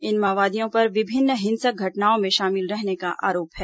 इन माओवादियों पर विभिन्न हिंसक घटनाओं में शामिल रहने का आरोप है